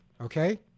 okay